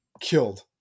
killed